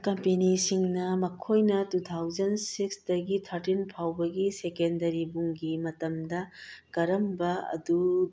ꯀꯝꯄꯦꯅꯤꯁꯤꯡꯅ ꯃꯈꯣꯏꯅ two thousand ꯁꯤꯛꯁꯇꯒꯤ ꯊꯥꯔꯇꯤꯟ ꯐꯥꯎꯕꯒꯤ ꯁꯦꯀꯦꯟꯗꯔꯤ ꯕꯨꯡꯒꯤ ꯃꯇꯝꯗ ꯀꯔꯝꯕ ꯑꯗꯨ